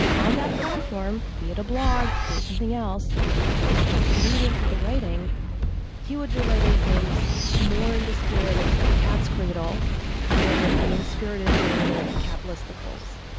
on that platform be it a blog, be it something else which is just a medium for the writing he would be writing things more in the spirit of cat's cradle than in the unspirited vein of catlisticles.